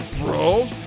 bro